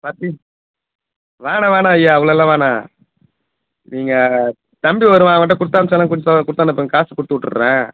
பத்து வேணாம் வேணாம் ஐயா அவ்வளோலாம் வேணாம் நீங்கள் தம்பி வருவான் அவன்கிட்ட கொடுத்தனுப்புச்சாலும் கொடுத்த கொடுத்தனுப்புங்க காசு கொடுத்து விட்டுட்றேன்